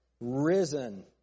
Risen